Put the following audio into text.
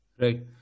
Right